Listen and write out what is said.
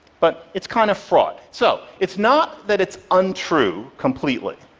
but it's kind of fraught. so it's not that it's untrue completely.